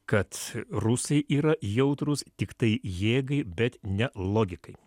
kad rusai yra jautrūs tiktai jėgai bet ne logikai